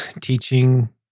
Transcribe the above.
teaching